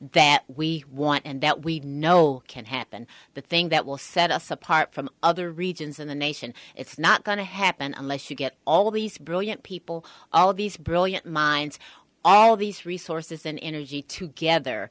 that we want and that we know can happen the thing that will set us apart from other regions in the nation it's not going to happen unless you get all these brilliant people all of these brilliant minds all these resources and energy to gather